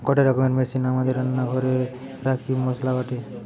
গটে রকমের মেশিন আমাদের রান্না ঘরে রাখি মসলা বাটে